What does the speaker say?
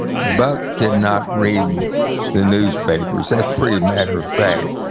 buck did not read the newspapers. that's pretty matter of fact.